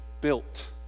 built